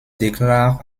déclare